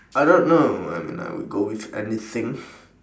I don't know and I would go with anything